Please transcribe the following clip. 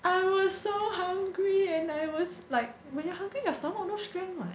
I was so hungry and I was like when you are hungry your stomach no strength [what]